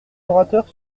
orateurs